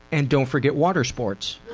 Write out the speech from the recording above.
and don't forget water sports.